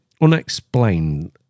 unexplained